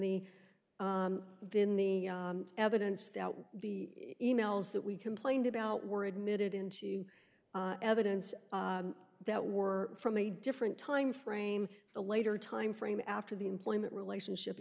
the then the evidence that the e mails that we complained about were admitted into evidence that were from a different time frame the later time frame after the employment relationship